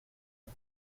los